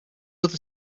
other